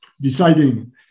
deciding